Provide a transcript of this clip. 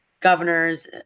governors